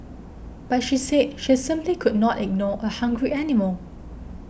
but she say she simply could not ignore a hungry animal